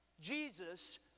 Jesus